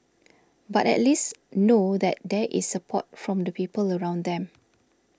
but at least know that there is support from the people around them